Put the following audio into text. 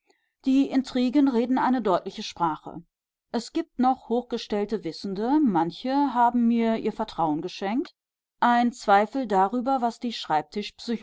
die intrigen reden eine deutliche sprache es gibt noch hochgestellte wissende manche haben mir ihr vertrauen geschenkt ein zweifel darüber was die